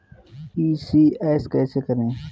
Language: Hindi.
ई.सी.एस कैसे करें?